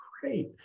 great